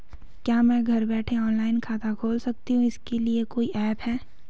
क्या मैं घर बैठे ऑनलाइन खाता खोल सकती हूँ इसके लिए कोई ऐप है?